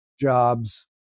jobs